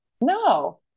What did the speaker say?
No